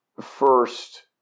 first